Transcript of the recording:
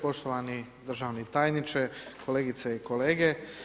Poštovani državni tajniče, kolegice i kolege.